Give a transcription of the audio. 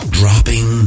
dropping